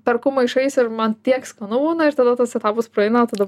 perku maišais ir man tiek skanu būna ir tada tas etapas praeina tada